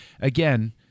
Again